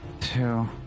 two